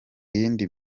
yindi